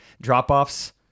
drop-offs